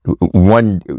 one